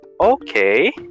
okay